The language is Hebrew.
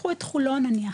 קחו את חולון נניח,